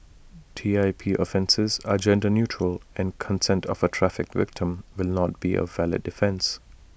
T I P offences are gender neutral and consent of A trafficked victim will not be A valid defence